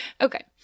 Okay